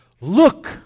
Look